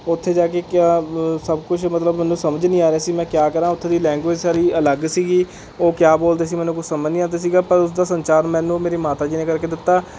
ਉੱਥੇ ਜਾ ਕੇ ਕਿਆ ਸਭ ਕੁਝ ਮਤਲਬ ਮੈਨੂੰ ਸਮਝ ਨਹੀਂ ਆ ਰਿਹਾ ਸੀ ਮੈਂ ਕਿਆ ਕਰਾਂ ਉੱਥੇ ਦੀ ਲੈਗੁਏਜ਼ ਸਾਰੀ ਅਲੱਗ ਸੀ ਉਹ ਕਿਆ ਬੋਲ਼ਦੇ ਸੀ ਮੈਨੂੰ ਕੁਛ ਸਮਝ ਨਹੀਂ ਆਉਂਦਾ ਸੀ ਪਰ ਉਸ ਦਾ ਸੰਚਾਰ ਮੈਨੂੰ ਮੇਰੇ ਮਾਤਾ ਜੀ ਨੇ ਕਰਕੇ ਦਿੱਤਾ